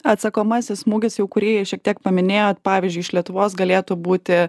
atsakomasis smūgis jau kurį šiek tiek paminėjot pavyzdžiui iš lietuvos galėtų būti